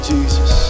Jesus